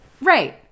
Right